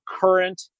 current